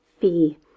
fee